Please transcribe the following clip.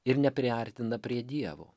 ir nepriartina prie dievo